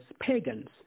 pagans